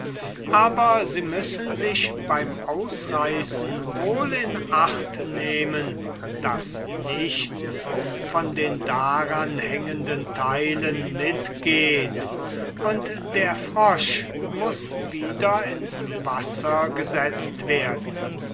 aber sie müssen sich beim ausreißen wohl in acht nehmen daß nichts von den daranhängenden teilen mit geht und der frosch muß wieder ins wasser gesetzt werden